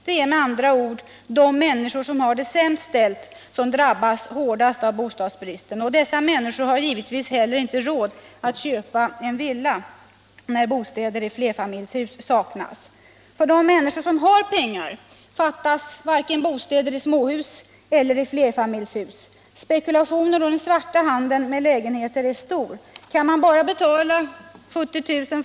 Det är med andra ord de människor som har det sämst ställt som drabbas hårdast av bostadsbristen. Dessa människor har givetvis inte heller råd att köpa en villa, när bostäder i flerfamiljshus saknas. För de människor som har pengar fattas varken bostäder i småhus eller i flerfamiljshus. Spekulationen och den svarta handeln med lägenheter är stor. Kan man bara betala 70 000 kr.